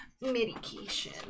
medication